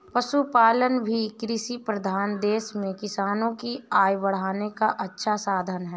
पशुपालन भी कृषिप्रधान देश में किसानों की आय बढ़ाने का अच्छा साधन है